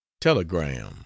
Telegram